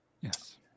Yes